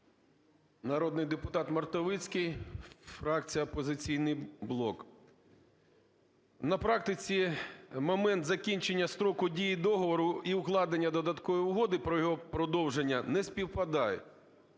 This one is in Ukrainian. Народний депутат Мартовицький, фракція "Опозиційний блок". На практиці момент закінчення строку дії договору і укладення додаткової угоди про його продовження не співпадають.